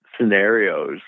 scenarios